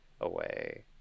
away